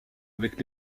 avec